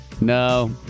no